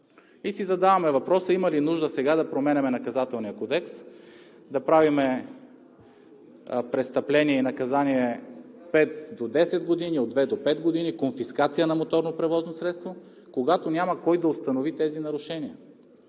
Задаваме си въпроса: има ли нужда сега да променяме Наказателния кодекс, да правим престъпление и наказание пет до десет години, от две до пет години, конфискация на моторно превозно средство, когато няма кой да установи тези нарушения?